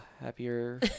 happier